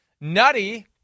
nutty